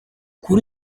kuri